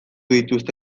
dituzte